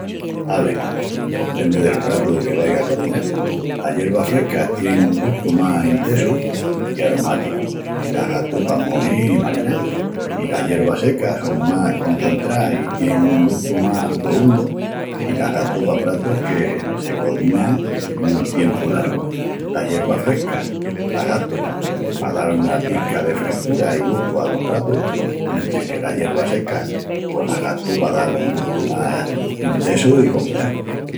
Ave, pos pendi del pratu que vaiga a cozinal. Las yervas frescas tienin un gustu más intesu i aromáticu, i las gastu pa mojis i marinás. I las yervas secas son más concentrás i tienin un gustu más prohundu, i las gastu pa pratus que se cozinan nun tiempu largu. Las yervas frescas las gastu pa dal una pisca de frescura i gustu alos pratus, mentris que las yervas secas pos las gastu pa dal un gustu más intesu i comprexu.